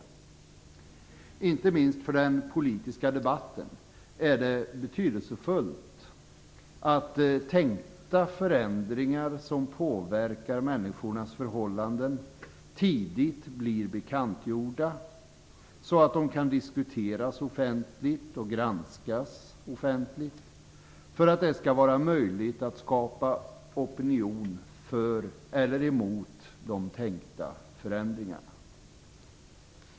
Det är betydelsefullt, inte minst för den politiska debatten, att tänkta förändringar som påverkar människors förhållanden tidigt blir bekantgjorda så att de kan diskuteras och granskas offentligt för att det skall vara möjligt att skapa opinion för eller emot de tänkta förändringarna.